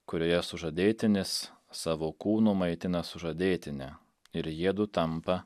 kurioje sužadėtinis savo kūnu maitina sužadėtinę ir jiedu tampa